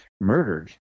murdered